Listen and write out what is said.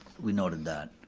we noted that.